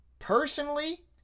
Personally